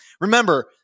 Remember